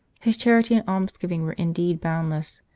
his charity and almsgiving were indeed bound less.